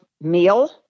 meal